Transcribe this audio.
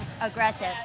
aggressive